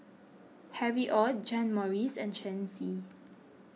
Harry Ord John Morrice and Shen Xi